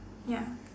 ya